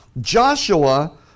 Joshua